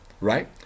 right